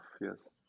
yes